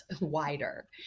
wider